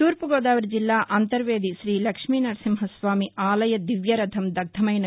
తూర్పు గోదావరి జిల్లా అంతర్వేది శ్రీలక్ష్మీ నరసింహస్వామి ఆలయ దివ్య రథం దగ్దమైన